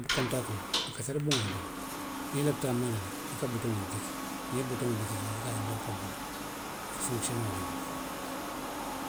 Ňiŋ kontakoo, a ka seele buwo le bala. Niŋ i lafita a mala la, i ka butoŋo le diki. Niŋ i ye butoŋo diki rek a ka a je lanpoo malata. A ka fonkisiyonee wo le ňaama.